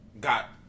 got